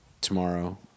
tomorrow